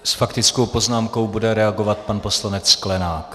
S faktickou poznámkou bude reagovat pan poslanec Sklenák.